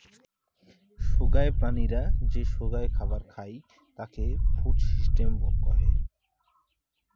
সোগায় প্রাণীরা যে সোগায় খাবার খাই তাকে ফুড সিস্টেম কহে